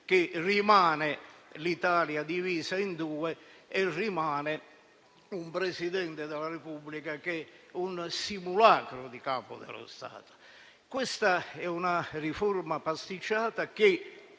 che rimangono l'Italia divisa in due e un Presidente della Repubblica che è il simulacro di un Capo dello Stato. Questa è una riforma pasticciata, che